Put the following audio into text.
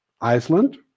Iceland